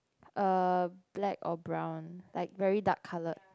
err black or brown like very dark coloured